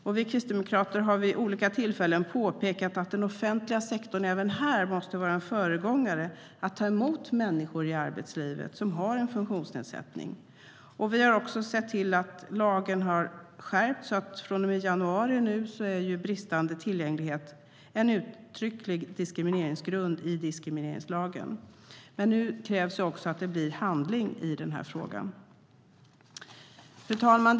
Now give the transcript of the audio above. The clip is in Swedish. Fru talman!